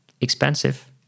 expensive